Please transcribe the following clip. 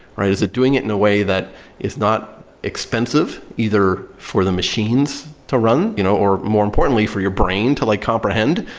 right? is it doing it in a way that is not expensive, either for the machines to run, you know or more importantly, for your brain to like comprehend?